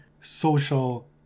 social